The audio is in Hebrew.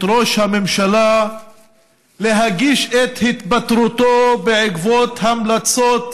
ראש הממשלה להגיש את התפטרותו בעקבות המלצות